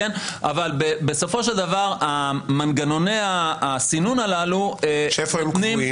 אבל בסופו של דבר מנגנוני הסינון הללו --- שאיפה הם קבועים?